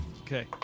Okay